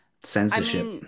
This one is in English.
censorship